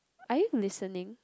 are you listening